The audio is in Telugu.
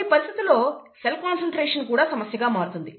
కొన్ని పరిస్థితులలో సెల్ కాన్సన్ట్రేషన్ కూడా సమస్యగా మారుతుంది